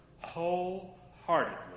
wholeheartedly